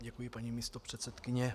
Děkuji, paní místopředsedkyně.